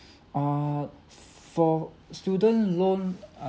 err for student loan